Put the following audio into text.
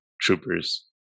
troopers